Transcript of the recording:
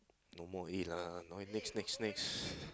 no more already lah okay next next next